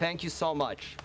thank you so much